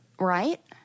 right